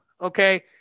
okay